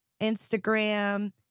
Instagram